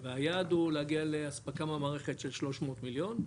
והיעד הוא להגיע לאספקה מהמערכת של 300 מיליון,